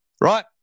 Right